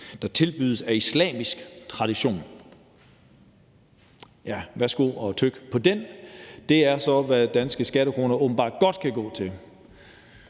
der tilbydes af islamisk tradition ...« Ja, værsgo at tygge på den. Det er så, hvad danske skattekroner åbenbart godt kan gå til.